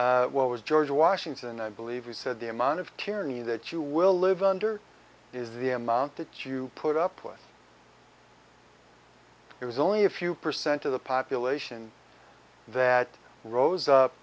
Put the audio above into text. bullies what was george washington i believe he said the amount of tyranny that you will live under is the amount that you put up with it was only a few percent of the population that rose up